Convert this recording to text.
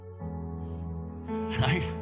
right